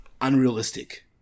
unrealistic